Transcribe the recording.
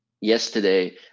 yesterday